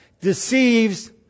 deceives